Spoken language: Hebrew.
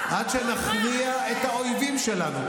עד שנכריע את האויבים שלנו.